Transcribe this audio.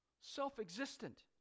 self-existent